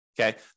Okay